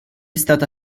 stata